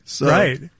right